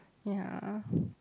ya